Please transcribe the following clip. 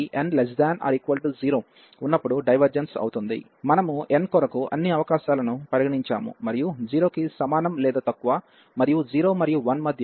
మనము n కొరకు అన్ని అవకాశాలను పరిగణించాము మరియు 0 కి సమానం లేదా తక్కువ మరియు 0 మరియు 1 మధ్య మరియు 1 కి సమానమైన వాటి కంటే ఎక్కువ